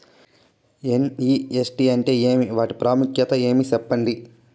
NEFT అంటే ఏమి వాటి ప్రాముఖ్యత ఏమి? సెప్పండి?